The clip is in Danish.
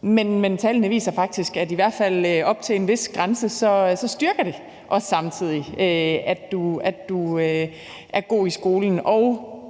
Men tallene viser faktisk oven i købet, at det i hvert fald op til en vis grænse også styrker det, at du er god i skolen, og